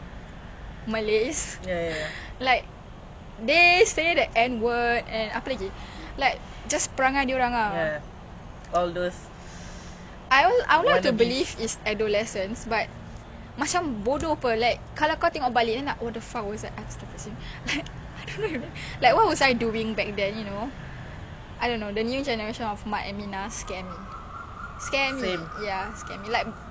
like what was I doing back then you know I don't know the new generation of mak minah scares me ya scare me like dulu dulu is not this bad like honestly in my opinion like right now even though last time got gang fight or what is like never serious in my opinion ah tapi sekarang macam I see them like throwing maki ah mak kau